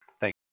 Thank